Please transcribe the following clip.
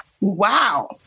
Wow